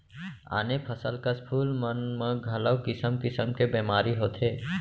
आने फसल कस फूल मन म घलौ किसम किसम के बेमारी होथे